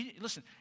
Listen